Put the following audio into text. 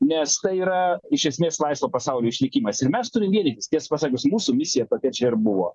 nes tai yra iš esmės laisvo pasaulio išlikimas ir mes turim vienytis tiesą pasakius mūsų misija tokia čia ir buvo